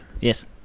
yes